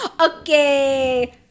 Okay